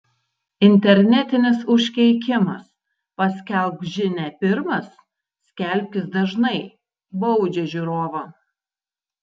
internetinis užkeikimas paskelbk žinią pirmas skelbkis dažnai baudžia žiūrovą